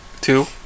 two